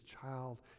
child